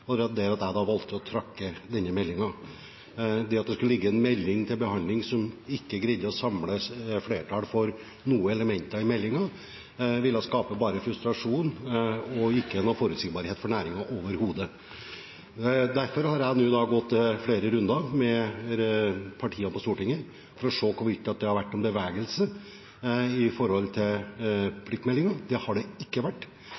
Det at det skulle ligge en melding til behandling som vi ikke greide å samle flertall for noen elementer om, ville bare skape frustrasjon og ikke noen forutsigbarhet for næringen overhodet. Derfor har jeg nå gått flere runder med partier på Stortinget for å se om det har vært noen bevegelse når det gjelder pliktmeldingen. Det har det ikke vært.